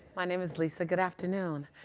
my name is lisa. good afternoon.